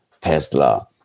Tesla